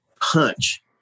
punch